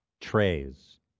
trays